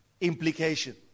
implication